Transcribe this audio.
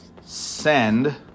send